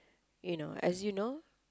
you know as you know